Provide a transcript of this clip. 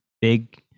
big